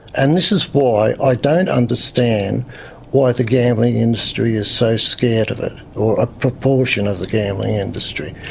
and this is why i don't understand why the gambling industry is so scared of it, or a proportion of the gambling industry,